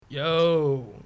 yo